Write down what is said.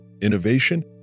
innovation